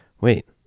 wait